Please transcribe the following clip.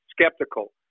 skeptical